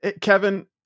Kevin